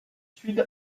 sud